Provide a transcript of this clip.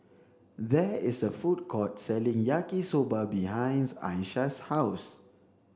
there is a food court selling Yaki Soba behind Aisha's house